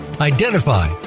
identify